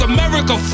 America